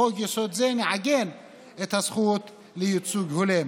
בחוק-יסוד זה נעגן את הזכות לייצוג הולם.